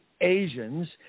Asians